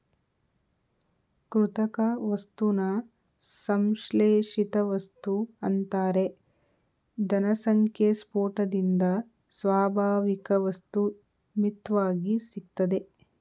ಕೃತಕ ವಸ್ತುನ ಸಂಶ್ಲೇಷಿತವಸ್ತು ಅಂತಾರೆ ಜನಸಂಖ್ಯೆಸ್ಪೋಟದಿಂದ ಸ್ವಾಭಾವಿಕವಸ್ತು ಮಿತ್ವಾಗಿ ಸಿಗ್ತದೆ